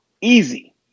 easy